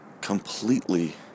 completely